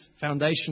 foundation